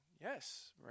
yes